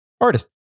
artist